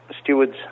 stewards